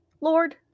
Lord